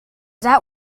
that